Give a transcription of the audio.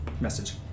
message